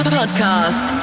podcast